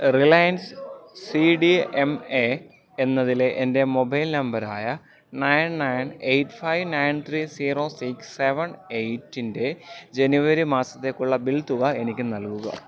Reliance C D M A എന്നതിലെ എൻ്റെ mobile നമ്പറായ nine nine eight five nine three zero six seven എയിറ്റിൻ്റെ ജനുവരി മാസത്തേക്കുള്ള ബിൽ തുക എനിക്ക് നൽകുക